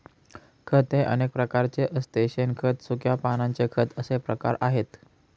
खत हे अनेक प्रकारचे असते शेणखत, सुक्या पानांचे खत असे प्रकार आहेत